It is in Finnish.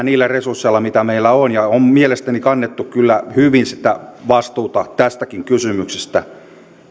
niillä resursseilla mitä meillä on mielestäni on kannettu kyllä hyvin sitä vastuuta tästäkin kysymyksestä